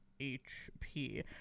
HP